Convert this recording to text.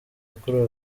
yakorewe